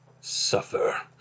suffer